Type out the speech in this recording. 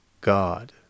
God